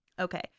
okay